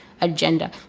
agenda